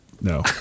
no